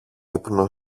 ύπνο